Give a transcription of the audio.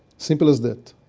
simple as that.